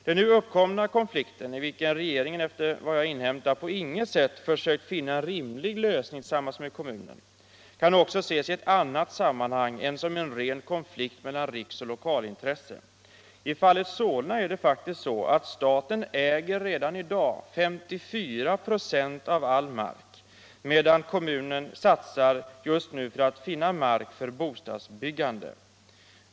Den uppkomna konflikten — i vilken regeringen efter vad jag inhämtat på inget sätt försökt finna en rimlig lösning tillsammans med kommunen — kan också ses i ett annat perspektiv än som en ren konflikt mellan riksoch lokalintressen. I fallet Solna är det faktiskt så att staten redan i dag äger 54 96 av all mark, medan kommunen just nu satsar på att finna mark för bostadsbyggande.